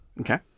Okay